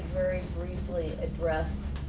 briefly address